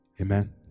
Amen